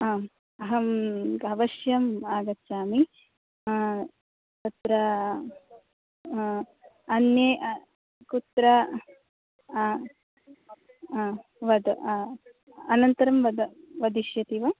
आम् अहम् अवश्यम् आगच्छामि तत्र अन्ये कुत्र आ वद आ अनन्तरं वद वदिष्यति वा